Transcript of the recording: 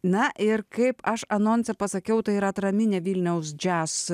na ir kaip aš anonse pasakiau tai yra atraminė vilniaus jazz